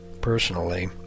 Personally